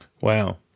Wow